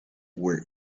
work